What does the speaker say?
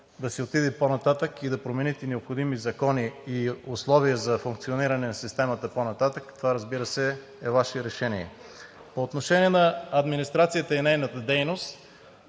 да се отиде по-нататък и да промените необходими закони и условия за функциониране на системата по-нататък, разбира се, това е Ваше решение. По отношение на администрацията и нейната дейност.